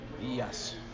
Yes